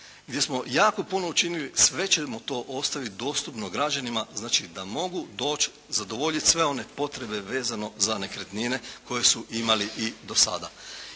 gdje smo jako puno učinili, sve ćemo to ostaviti dostupno građanima, znači da mogu doći, zadovoljiti sve one potrebe vezano za nekretnine koje su imali i do sada.